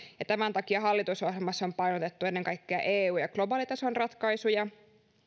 ja tämän takia hallitusohjelmassa on painotettu ennen kaikkea eu ja globaalitason ratkaisuja